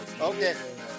Okay